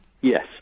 Yes